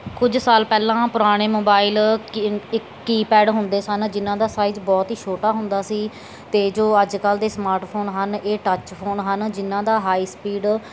ਕੁਝ ਸਾਲ ਪਹਿਲਾਂ ਪੁਰਾਣੇ ਮੋਬਾਈਲ ਕੀ ਕੀਪੈਡ ਹੁੰਦੇ ਸਨ ਜਿਨ੍ਹਾਂ ਦਾ ਸਾਈਜ਼ ਬਹੁਤ ਹੀ ਛੋਟਾ ਹੁੰਦਾ ਸੀ ਅਤੇ ਜੋ ਅੱਜ ਕੱਲ੍ਹ ਦੇ ਸਮਾਰਟਫੋਨ ਹਨ ਇਹ ਟੱਚ ਫੋਨ ਹਨ ਜਿਨ੍ਹਾਂ ਦਾ ਹਾਈ ਸਪੀਡ